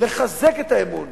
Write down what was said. לחזק את האמון